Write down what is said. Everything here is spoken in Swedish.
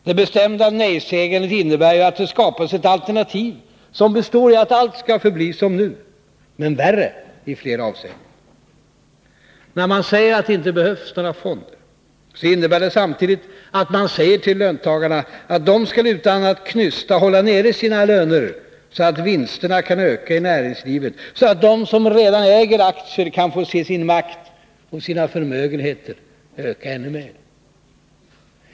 Det bestämda nej-sägandet innebär ju att det skapas ett alternativ som består i att allt skall förbli som nu, men värre i flera avseenden. När man säger att det inte behövs fonder, innebär det att man samtidigt säger till löntagarna att de utan att knysta skall hålla nere sina löner så att vinsterna kan öka i näringslivet, så att de som redan äger aktierna kan få se sin makt och sina förmögenheter öka ännu mer.